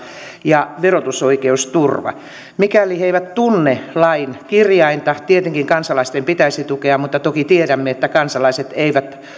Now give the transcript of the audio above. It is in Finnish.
ja verotusoikeusturvan mikäli he eivät tunne lain kirjainta tietenkin kansalaisten pitäisi se tuntea mutta toki tiedämme että kansalaiset eivät